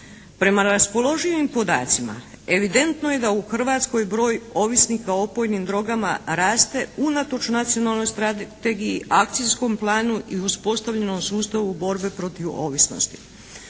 Prema raspoloživim podacima evidentno je da u Hrvatskoj broj ovisnika o opojnim drogama raste unatoč nacionalnoj strategiji, akcijskom planu i uspostavljenom sustavu borbe protiv ovisnosti.